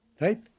Right